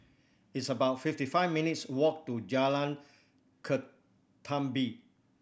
it's about fifty five minutes' walk to Jalan Ketumbit